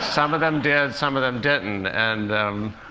some of them did some of them didn't. and